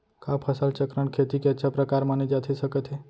का फसल चक्रण, खेती के अच्छा प्रकार माने जाथे सकत हे?